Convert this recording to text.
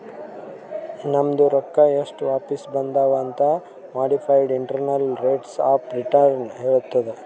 ನಮ್ದು ರೊಕ್ಕಾ ಎಸ್ಟ್ ವಾಪಿಸ್ ಬಂದಾವ್ ಅಂತ್ modified internal rates of return ಹೇಳತ್ತುದ್